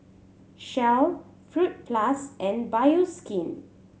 Shell Fruit Plus and Bioskin